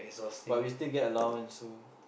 but we still get allowance so